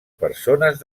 persones